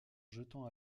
jetant